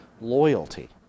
loyalty